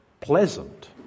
pleasant